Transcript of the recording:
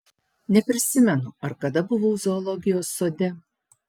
neprisimenu ar kada buvau zoologijos sode